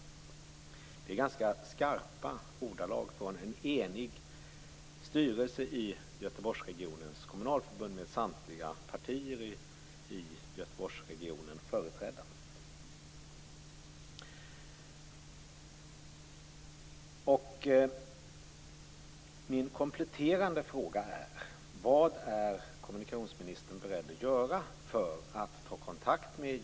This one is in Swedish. Detta uttrycks alltså i ganska skarpa ordalag från en enig styrelse i Göteborgsregionens kommunalförbund med samtliga partier i Göteborgsregionen företrädda.